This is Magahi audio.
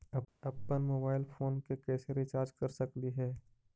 अप्पन मोबाईल फोन के कैसे रिचार्ज कर सकली हे?